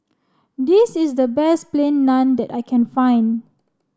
this is the best plain naan that I can find